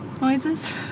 noises